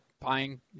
buying